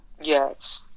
Yes